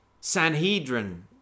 Sanhedrin